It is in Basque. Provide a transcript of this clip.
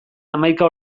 hamaika